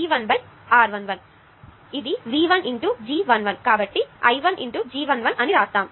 ఇది V1 G 1 1 కాబట్టి I 1 × G 1 1 అని రాస్తాం